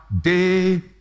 day